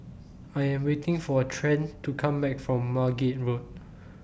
I Am waiting For Trent to Come Back from Margate Road